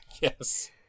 Yes